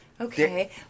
Okay